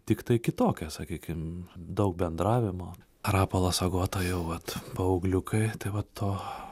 tiktai kitokios sakykim daug bendravimo rapolas agota jau vat paaugliukai tai va to